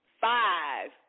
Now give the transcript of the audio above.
five